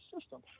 system